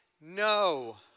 No